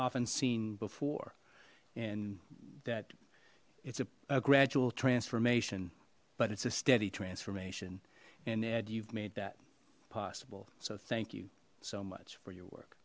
often seen before and that it's a gradual transformation but it's a steady transformation and ed you've made that possible so thank you so much for your work